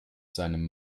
seinem